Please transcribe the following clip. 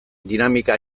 dinamika